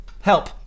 Help